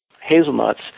hazelnuts